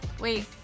wait